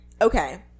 Okay